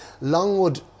Longwood